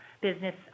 business